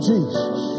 Jesus